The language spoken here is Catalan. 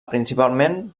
principalment